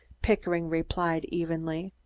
pickering replied evenly.